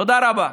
תודה רבה.